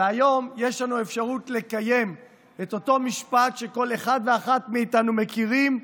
והיום יש לנו אפשרות לקיים את אותו משפט שכל אחד ואחת מאיתנו מכירים,